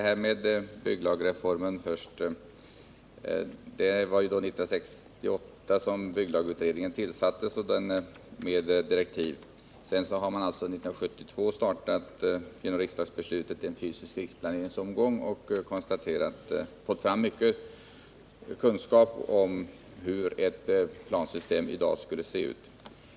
Herr talman! Det var år 1968 som bygglagutredningen tillsattes och fick direktiv. Genom riksdagsbeslut år 1972 startades en fysisk riksplaneringsomgång. Tack vare den har man fått fram mycken kunskap om hur ett plansystem bör se ut.